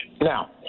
Now